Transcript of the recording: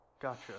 Gotcha